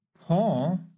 Paul